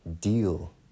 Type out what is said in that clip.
deal